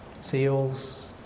seals